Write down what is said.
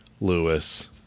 Lewis